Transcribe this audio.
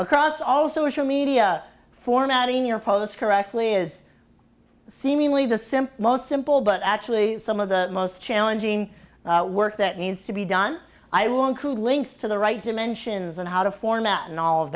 across also a sure media format in your post correctly is seemingly the sim most simple but actually some of the most challenging work that needs to be done i will include links to the right dimensions and how to format and all of